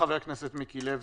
תודה, חבר הכנסת מיקי לוי.